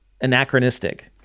anachronistic